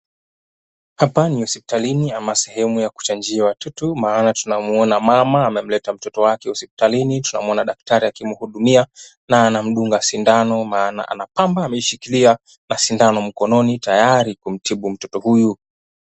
Hapa ni hospitalini ama sehemu ya kuchanjia watoto maana tunamuona mama amemleta mtoto wake hospitalini, tunamuona daktari akimhudumia na anamdunga sindano maana anapambaa ameshikilia na sindano mkononi tayari kumtibu mtoto huyu.